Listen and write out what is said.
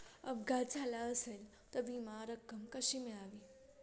अपघात झाला असेल तर विमा रक्कम कशी मिळवावी?